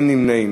אין נמנעים.